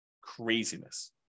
Craziness